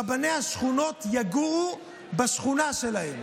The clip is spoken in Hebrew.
רבני השכונות יגורו בשכונה שלהם.